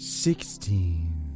Sixteen